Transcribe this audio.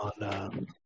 on